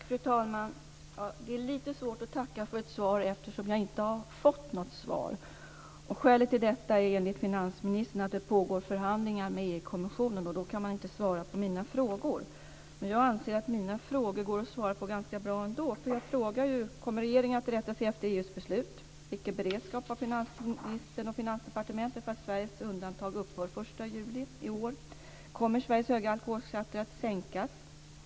Fru talman! Det är lite svårt att tacka för ett svar, eftersom jag inte har fått något svar. Skälet till detta är enligt finansministern att det pågår förhandlingar med EU-kommissionen, och då kan han inte svara på mina frågor. Men jag anser att mina frågor går att svara på ganska bra ändå, eftersom jag frågar: Kommer regeringen att rätta sig efter EU:s beslut? Vilken beredskap har finansministern och Finansdepartementet för att Sveriges undantag upphör den 1 juli i år? Kommer Sveriges höga alkoholskatter att sänkas?